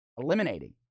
eliminating